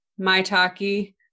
maitake